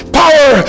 power